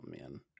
man